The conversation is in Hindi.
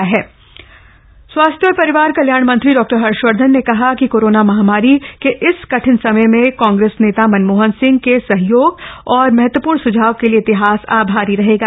केंद्रीय स्वास्थ्य मंत्री स्वास्थ्य और परिवार कल्याण मंत्री डॉक्टर हर्षवर्धन ने कहा है कि कोरोना महामारी के इस कठिन समय में कांग्रेस नेता मनमोहन सिंह के सहयोग और महत्वपूर्ण सुझाव के लिए इतिहास आभारी रहेगा